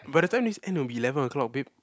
by the time this end it'll be eleven o-clock babe